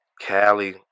Cali